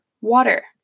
water